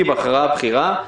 היא בחרה בחירה,